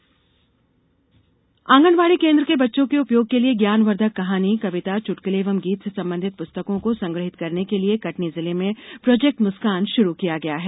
आंगनबाड़ी आंगनबाड़ी केन्द्र के बच्चों के उपयोग के लिए ज्ञानवर्धक कहानी कविता चुटकुले एवं गीत से संबंधित पुस्तकों को संग्रहित करने के लिए कटनी जिले में प्रोजेक्ट मुस्कान शुरू किया गया है